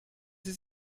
sie